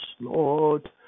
Lord